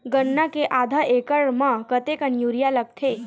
गन्ना के आधा एकड़ म कतेकन यूरिया लगथे?